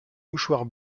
mouchoirs